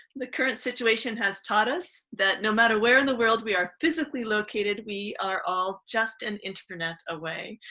the current situation has taught us that no matter where in the world we are physically located, we are all just an internet away.